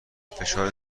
فشار